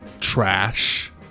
trash